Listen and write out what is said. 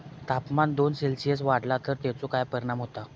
तापमान दोन सेल्सिअस वाढला तर तेचो काय परिणाम होता?